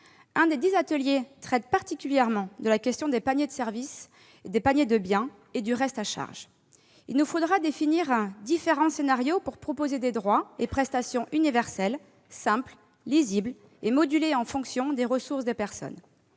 L'un des dix ateliers traite particulièrement de la question des paniers de biens et services et du reste à charge. Il nous faudra définir différents scénarios pour proposer des droits et prestations, qui soient universels, simples, lisibles et modulés en fonction des ressources des personnes.